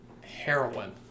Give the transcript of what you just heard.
heroin